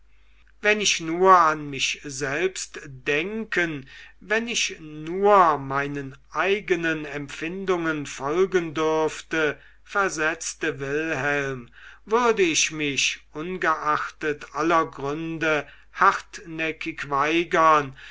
wenn ich nur an mich selbst denken wenn ich nur meinen eigenen empfindungen folgen dürfte versetzte wilhelm würde ich mich ungeachtet aller gründe hartnäckig weigern